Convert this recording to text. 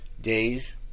days